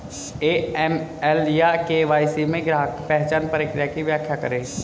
AML या KYC में ग्राहक पहचान प्रक्रिया की व्याख्या करें?